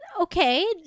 okay